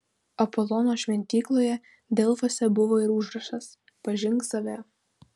apolono šventykloje delfuose buvo ir užrašas pažink save